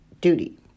duty